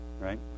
right